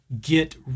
get